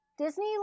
Disney